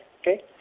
Okay